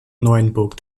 neuenburg